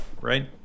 right